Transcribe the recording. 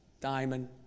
diamond